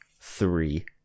three